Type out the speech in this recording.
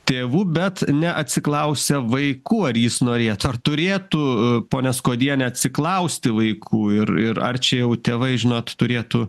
tėvų bet neatsiklausia vaikų ar jis norėtų ar turėtų ponia skuodiene atsiklausti vaikų ir ir ar čia jau tėvai žinot turėtų